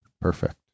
Perfect